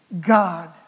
God